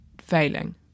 failing